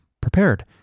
prepared